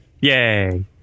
yay